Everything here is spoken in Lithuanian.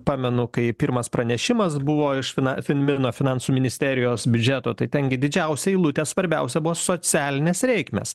pamenu kaip pirmas pranešimas buvo iš fina finmirno finansų ministerijos biudžeto tai ten gi didžiausia eilutė svarbiausia buvo socialinės reikmės